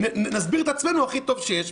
נסביר את עצמנו הכי טוב שיש.